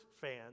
fans